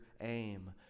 aim